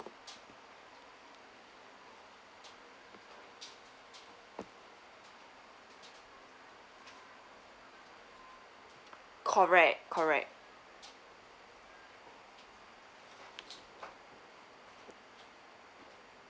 correct correct